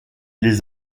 les